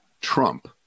Trump